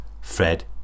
Fred